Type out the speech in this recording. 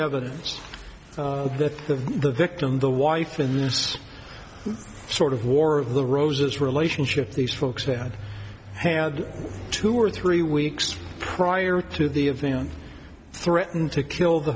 evidence that the the victim the wife in this sort of war of the roses relationship these folks had had two or three weeks prior to the event threatened to kill the